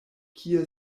kie